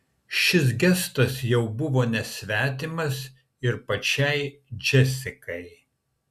šis gestas jau buvo nesvetimas ir pačiai džesikai